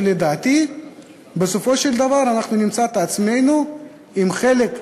כאשר לדעתי בסופו של דבר נמצא את עצמנו עם חלק,